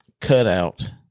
cutout